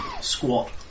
squat